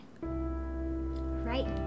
right